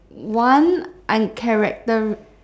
one uncharacteri~